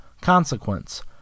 consequence